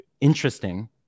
interesting